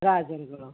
ರಾಜರುಗಳು